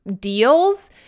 deals